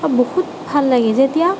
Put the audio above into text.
বহুত ভাল লাগে যেতিয়া